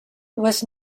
was